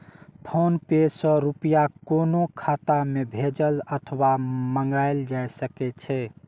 PhonePe सं रुपया कोनो खाता मे भेजल अथवा मंगाएल जा सकै छै